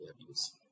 abuse